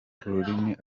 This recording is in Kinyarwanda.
ururimi